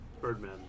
Birdman